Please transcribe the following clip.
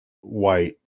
white